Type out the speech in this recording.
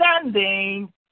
standing